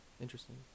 Interesting